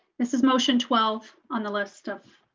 this is motion twelve on the list